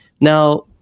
Now